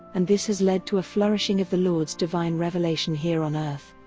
and this has led to a flourishing of the lord's divine revelation here on earth.